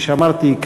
כפי שאמרתי,